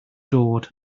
dod